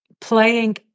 playing